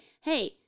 hey